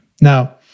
Now